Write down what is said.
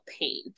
pain